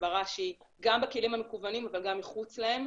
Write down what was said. הסברה שהיא גם בכלים המקוונים אבל גם מחוץ להם,